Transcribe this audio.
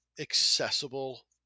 accessible